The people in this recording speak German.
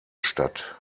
statt